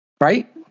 right